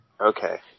Okay